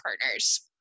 partners